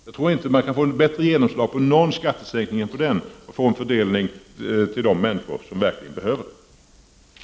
Ingen annan skattesänkning kan få ett större genomslag än en sådan åtgärd. Den skulle möjliggöra en fördelning till de människor som verkligen behöver få mera.